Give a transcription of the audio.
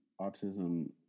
autism